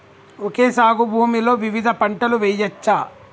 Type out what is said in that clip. Okay సాగు భూమిలో వివిధ పంటలు వెయ్యచ్చా?